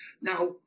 Now